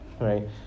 right